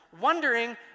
wondering